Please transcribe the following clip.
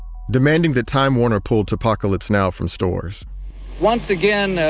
demanding that time warner pull two pacalypse now from stores once again,